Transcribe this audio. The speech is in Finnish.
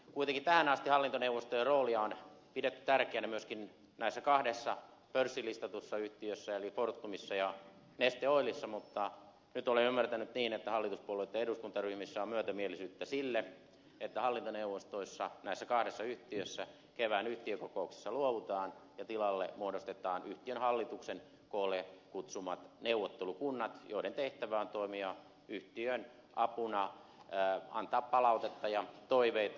kuitenkin tähän asti hallintoneuvostojen roolia on pidetty tärkeänä myöskin näissä kahdessa pörssilistatussa yhtiössä eli fortumissa ja neste oilissa mutta nyt olen ymmärtänyt niin että hallituspuolueitten eduskuntaryhmissä on myötämielisyyttä sille että hallintoneuvostoista näissä kahdessa yhtiössä kevään yhtiökokouksissa luovutaan ja tilalle muodostetaan yhtiön hallituksen koolle kutsumat neuvottelukunnat joiden tehtävä on toimia yhtiön apuna antaa palautetta ja toiveita